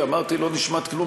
לא נשמט כלום.